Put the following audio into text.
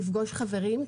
לפגוש חברים,